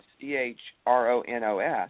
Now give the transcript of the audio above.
C-H-R-O-N-O-S